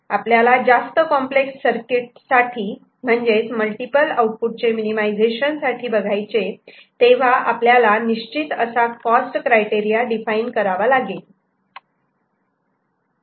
आपल्याला जास्त complex circuit साठी म्हणजे मल्टिपल आउटपुट चे मिनीमायझेशन साठी बघायचे आहे तेव्हा आपल्याला निश्चित असा कॉस्ट क्रायटेरिया डिफाइन करावा लागेल